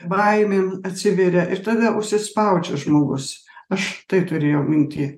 baimėm atsiveria ir tave užsispaudžia žmogus aš tai turėjau minty